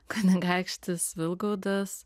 kunigaikštis vilgaudas